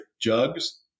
jugs